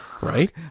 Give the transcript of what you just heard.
Right